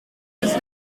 was